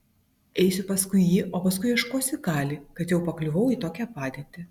eisiu paskui jį o paskui ieškosiu kali kad jau pakliuvau į tokią padėtį